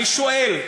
אני שואל,